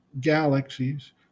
galaxies